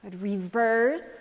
Reverse